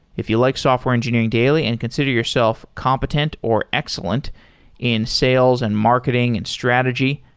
if you like software engineering daily and consider yourself competent, or excellent in sales and marketing and strategy,